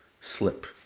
slip